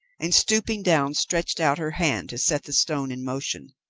and stooping down stretched out her hand to set the stone in motion.